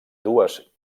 dues